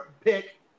pick